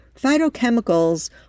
Phytochemicals